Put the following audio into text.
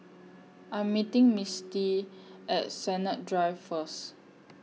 I'm meeting Misty At Sennett Drive First